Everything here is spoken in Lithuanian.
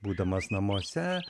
būdamas namuose